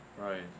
Right